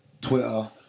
Twitter